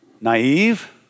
Naive